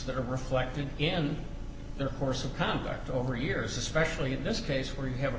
that are reflected in the course of conduct over the years especially in this case where you have a